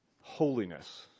holiness